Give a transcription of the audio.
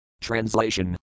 Translation